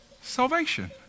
Salvation